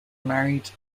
married